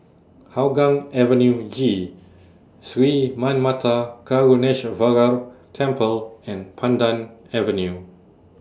Hougang Avenue G Sri Manmatha Karuneshvarar Temple and Pandan Avenue